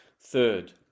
Third